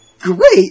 great